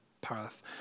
path